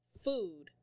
food